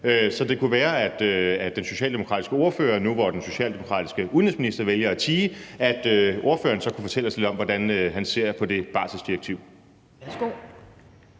Så det kunne være, at den socialdemokratiske ordfører nu, hvor den socialdemokratiske udenrigsminister vælger at tie, kunne fortælle os lidt om, hvordan han ser på det barselsdirektiv.